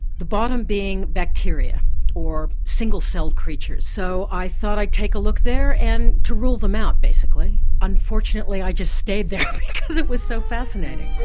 the bottom being bacteria or single-cell creatures. so i thought i'd take a look there and to rule them out basically, unfortunately i just stayed there because it was so fascinating.